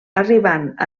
arribant